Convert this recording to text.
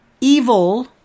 Evil